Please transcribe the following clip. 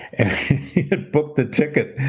and he had booked the ticket